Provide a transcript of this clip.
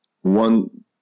one